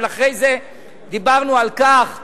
אבל אחרי זה דיברנו על כך,